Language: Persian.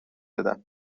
دادم